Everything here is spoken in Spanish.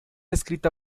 escrita